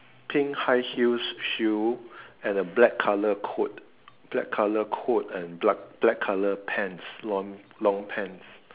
pink high heels shoe and a black colour coat black colour coat and black colour pants long long pants